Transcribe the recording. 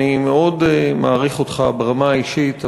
אני מאוד מעריך אותך ברמה האישית,